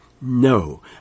No